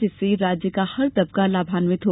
जिससे राज्य का हर तबका लाभान्वित हो